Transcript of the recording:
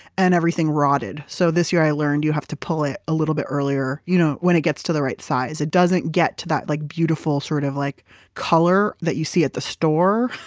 and everything rotted. so this year i learned you have to pull it a little bit earlier you know when it gets to the right size. it doesn't get to that like beautiful sort of like color that you see at the store.